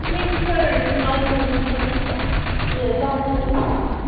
کِہیٖنۍ چُھنہٕ پرواے ڈِسکاوٗنٛٹ تہِ دِمہو تۄہہِ اِنشاء اللہ تہٕ تۄہہِ چھُنہٕ